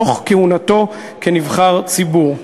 תוך כהונתו כנבחר ציבור,